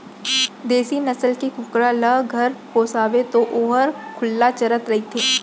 देसी नसल के कुकरा ल घर पोसबे तौ वोहर खुल्ला चरत रइथे